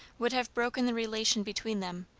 would have broken the relation between them,